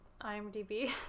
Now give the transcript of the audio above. IMDB